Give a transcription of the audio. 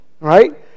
right